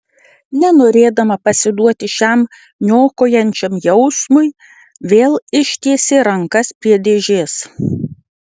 nenorėdama pasiduoti šiam niokojančiam jausmui vėl ištiesė rankas prie dėžės